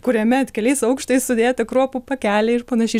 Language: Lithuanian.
kuriame keliais aukštais sudėti kruopų pakeliai ir panašiai